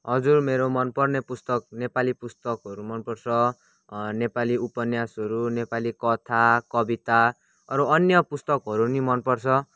हजुर मेरो मन पर्ने पुस्तक नेपाली पुस्तकहरू मन पर्छ नेपाली उपन्यासहरू नेपाली कथा कविता अरू अन्य पुस्तकहरू पनि मन पर्छ